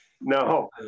no